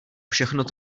všechno